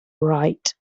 right